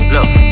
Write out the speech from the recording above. Look